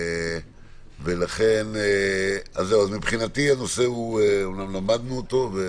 אז מבחינתי, הנושא הוא חדש אמנם למדנו אותו.